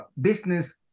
business